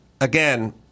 again